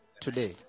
today